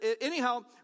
anyhow